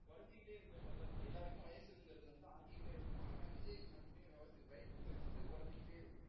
குறஞ்சி கிட்டே இருக்கிற மாதிரி தான் இருக்கும் எல்லோருக்கும் வயதுங்குறது வந்து ஆகிக்கிட்டே இருக்கும் ஆனால் விஜய்க்கு மட்டுமே வயதுங்குறது வந்து குறஞ்சிகிட்டே இருக்குது